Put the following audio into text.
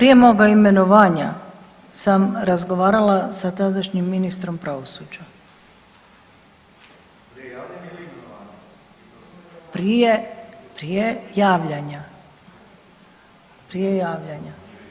Prije moga imenovanja sam razgovarala sa tadašnjim Ministrom pravosuđa. [[Upadica: ne čuje se]] prije javljanja, prije javljanja.